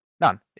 none